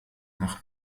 nach